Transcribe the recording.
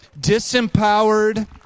disempowered